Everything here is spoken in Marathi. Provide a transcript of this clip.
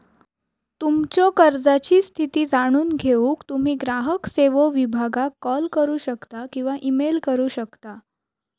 तुमच्यो कर्जाची स्थिती जाणून घेऊक तुम्ही ग्राहक सेवो विभागाक कॉल करू शकता किंवा ईमेल करू शकता